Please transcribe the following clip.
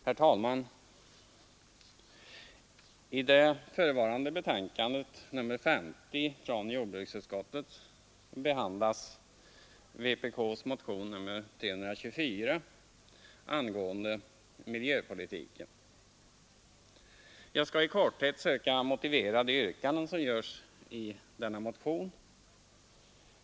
Herr talman! I det förevarande betänkandet nr 50 från jordbruksutskottet behandlas vpk:s motion nr 324 angående miljöpolitiken. Jag skall i korthet söka motivera de yrkanden som görs i denna motion.